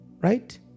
right